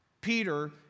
Peter